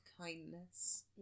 kindness